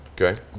Okay